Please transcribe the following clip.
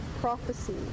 prophecy